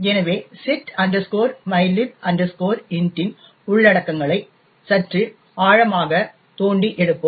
எனவே set mylib int இன் உள்ளடக்கங்களை சற்று ஆழமாக தோண்டி எடுப்போம்